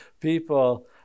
people